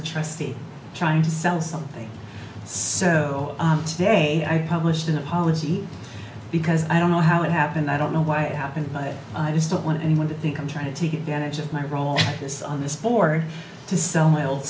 a trustee trying to sell something so today i published an apology because i don't know how it happened i don't know why it happened but i just don't want anyone to think i'm trying to take advantage of my role is on this board to sell m